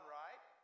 right